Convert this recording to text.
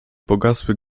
pogasły